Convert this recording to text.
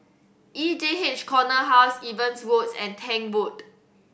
E J H Corner House Evans Road and Tank Road